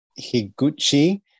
Higuchi